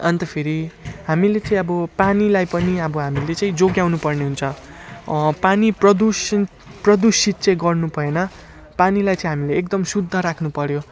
अन्त फेरि हामीले चाहिँ अब पानीलाई पनि अब हामीले चाहिँ जोगाउनुपर्ने हुन्छ पानी प्रदूषित प्रदूषित चाहिँ गर्नुभएन पानीलाई चाहिँ हामीले एकदम शुद्ध राख्नुपर्यो